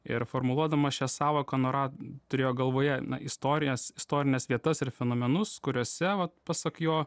ir formuluodamas šią sąvoką nora turėjo galvoje istorijas istorines vietas ir fenomenus kuriuose vat pasak jo